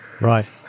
right